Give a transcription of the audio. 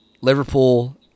Liverpool